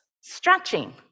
stretching